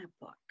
book